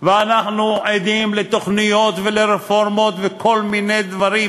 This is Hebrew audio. ואנחנו עדים לתוכניות ולרפורמות וכל מיני דברים,